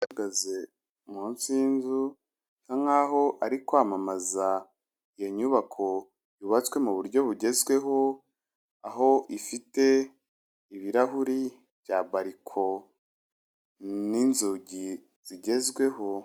Ahagaze munsi y'inzu bisa nkaho ari kwamamaza iyo nyubako yubatswe mu buryo bugezweho, aho ifite ibirahuri bya bariko n'inzugi zigezweho.